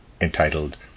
entitled